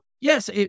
yes